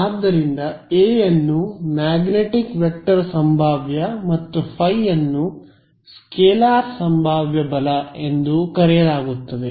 ಆದ್ದರಿಂದ ಎ ಅನ್ನು magnetic vector ಸಂಭಾವ್ಯ ಮತ್ತು ϕ ಅನ್ನು ಸ್ಕೇಲಾರ್ ಸಂಭಾವ್ಯ ಬಲ ಎಂದು ಕರೆಯಲಾಗುತ್ತದೆ